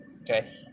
Okay